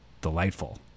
delightful